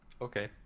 Okay